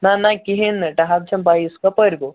نہ نہ کِہیٖنۍ نہٕ ٹہب چھَنہٕ پَیی سُہ کَپٲرۍ گوٚو